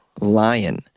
lion